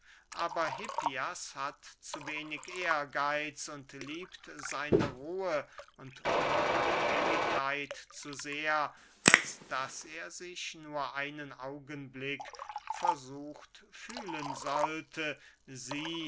aber hippias hat zu wenig ehrgeitz und liebt seine ruhe und unabhängigkeit zu sehr als daß er sich nur einen augenblick versucht fühlen sollte sie